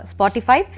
Spotify